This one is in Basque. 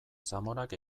zamorak